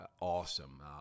awesome